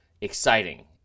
exciting